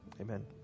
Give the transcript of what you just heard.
amen